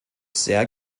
sehr